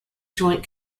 joint